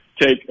take